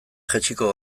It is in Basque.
jaitsiko